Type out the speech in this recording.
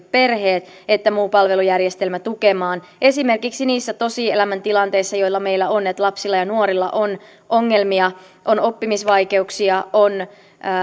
perheet että muu palvelujärjestelmä tukemaan esimerkiksi niissä tosielämän tilanteissa joita meillä on että lapsilla ja nuorilla on ongelmia on oppimisvaikeuksia on